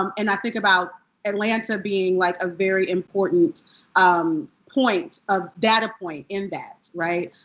um and i think about atlanta being like a very important um point of data point in that. right?